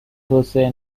توسعه